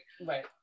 right